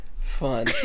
fun